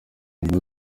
inkuru